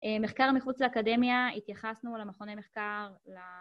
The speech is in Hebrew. מחקר מחוץ לאקדמיה, התייחסנו למכוני מחקר, למחקר...